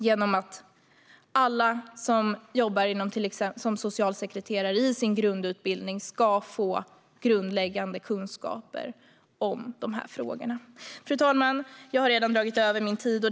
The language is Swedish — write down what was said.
Det ska ske till exempel genom att alla socialsekreterare i sin grundutbildning ska få grundläggande kunskaper om de här frågorna. Fru talman! Jag har redan dragit över min talartid.